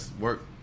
work